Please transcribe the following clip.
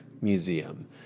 Museum